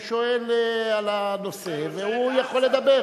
הוא שואל על הנושא, והוא יכול לדבר.